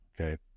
Okay